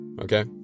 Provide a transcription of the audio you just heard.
okay